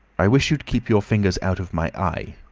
i wish you'd keep your fingers out of my eye,